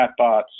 chatbots